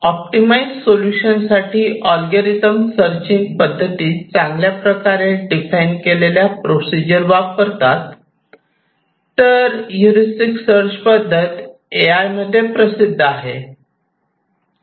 optimise solution साठी algorithm searching पद्धती चांगल्या प्रकारे डिफाइन केलेल्या प्रोसिजर वापरतात तर ह्युरिस्टिक सर्च पद्धती ए आय मध्ये प्रसिद्ध आहे